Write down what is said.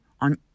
on